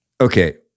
Okay